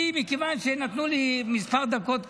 מכיוון שנתנו לי מספר דקות קטן,